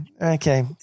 okay